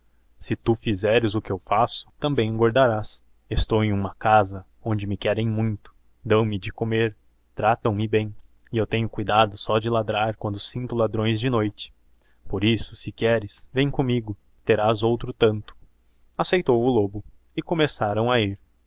se tu fizeres o que eu faço também engordarás estou em liuma casa onde me querem muito dão me de comer iratão me bem e eu tenho cuidado só de ladrar quando sinto ladrões de noite por isso se queres vem commigo terás outro tanto cceitou o lobo e começarão a ir